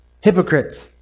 hypocrites